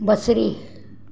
बसरी